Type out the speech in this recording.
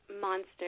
monster